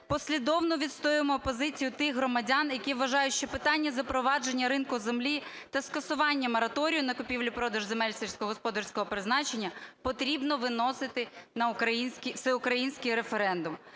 послідовно відстоюємо позицію тих громадян, які вважають, що питання запровадження ринку землі та скасування мораторію на купівлю-продаж земель сільськогосподарського призначення потрібно виносити на всеукраїнський референдум.